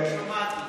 לא שמעתי.